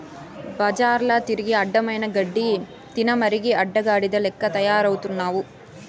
బజార్ల తిరిగి అడ్డమైన గడ్డి తినమరిగి అడ్డగాడిద లెక్క తయారవుతున్నావు